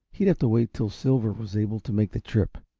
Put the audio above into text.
he'd have to wait till silver was able to make the trip,